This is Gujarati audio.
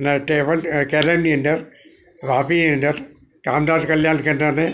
અને ટેબલ કેરમની અંદર વાપીની અંદર કામદાર કલ્યાણ કેન્દ્રને